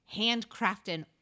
handcrafted